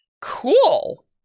Cool